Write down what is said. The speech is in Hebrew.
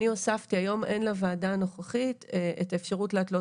היום אין לוועדה הנוכחית את האפשרות להתלות